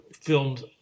filmed